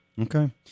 Okay